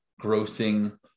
grossing